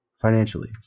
financially